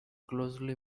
closely